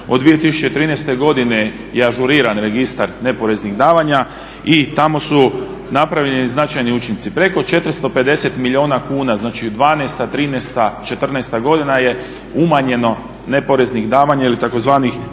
Od 2013.godine je ažuriran registar neporeznih davanja i tamo su napravljeni značajni učinci, preko 450 milijuna kuna, znači 2012., 2013., 2014.godina je umanjeno neporeznih davanja ili tzv.